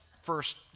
first